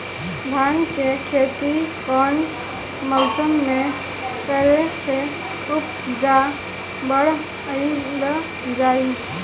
धान के खेती कौन मौसम में करे से उपज बढ़ाईल जाई?